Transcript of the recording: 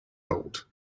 old